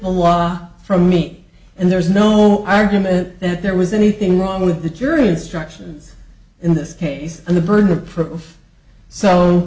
law from me and there is no more argument that there was anything wrong with the jury instructions in this case and the burden of proof so